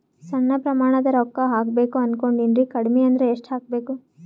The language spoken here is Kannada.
ಸಣ್ಣ ಪ್ರಮಾಣದ ರೊಕ್ಕ ಹಾಕಬೇಕು ಅನಕೊಂಡಿನ್ರಿ ಕಡಿಮಿ ಅಂದ್ರ ಎಷ್ಟ ಹಾಕಬೇಕು?